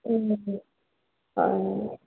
হয়